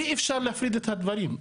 אי אפשר להפריד את הדברים.